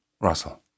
Russell